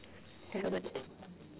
haven't